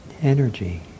energy